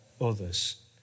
others